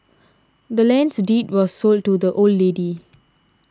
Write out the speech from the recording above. the land's deed was sold to the old lady